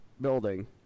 building